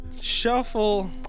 Shuffle